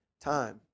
time